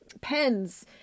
pens